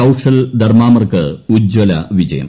കൌശൽ ധർമാമർക്ക് ഉജ്ജ്വല വിജയം